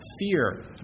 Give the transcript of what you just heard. fear